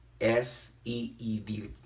S-E-E-D